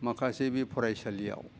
माखासे बे फरायसालियाव